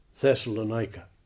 Thessalonica